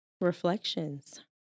reflections